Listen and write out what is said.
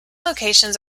locations